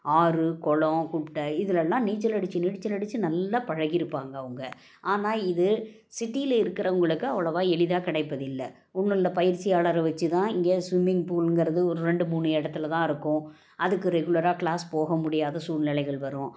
ஆறு குளம் குட்டை இதிலெல்லாம் நீச்சல் அடிச்சு நீச்சல் அடிச்சு நல்லா பழகியிருப்பாங்க அவங்க ஆனால் இது சிட்டியில் இருக்கிறவங்களுக்கு அவ்வளோவா எளிதாக கிடைப்பதில்ல ஒன்னுல்லை பயிற்சியாளரை வைச்சுதான் இங்கே ஸ்விம்மிங் பூல்ங்கிறது ஒரு ரெண்டு மூணு இடத்துலதான் இருக்கும் அதுக்கு ரெகுலராக க்ளாஸ் போக முடியாத சூழ்நிலைகள் வரும்